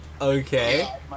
okay